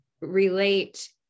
relate